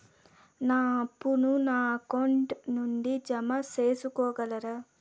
నా అప్పును నా అకౌంట్ నుండి జామ సేసుకోగలరా?